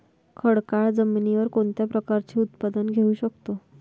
खडकाळ जमिनीवर कोणत्या प्रकारचे उत्पादन घेऊ शकतो?